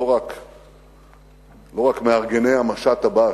לא רק מארגני המשט הבא,